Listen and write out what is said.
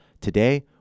Today